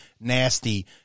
nasty